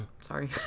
sorry